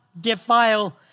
defile